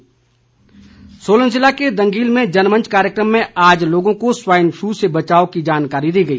swine flu Solan जिले के दंगील में जनमंच कार्यक्रम में आज लोगों को स्वाइन फ्लू से बचाव की जानकारी दी गई